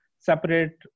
separate